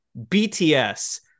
BTS